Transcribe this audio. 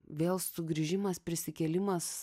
vėl sugrįžimas prisikėlimas